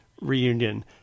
reunion